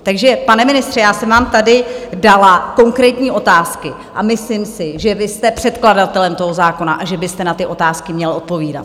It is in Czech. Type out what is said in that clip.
Takže pane ministře, já jsem vám tady dala konkrétní otázky a myslím si, že vy jste předkladatelem toho zákona a že byste na ty otázky měl odpovídat.